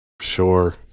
sure